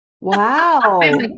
Wow